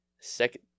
second